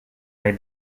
may